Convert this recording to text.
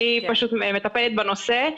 אני פשוט מטפלת בנושא.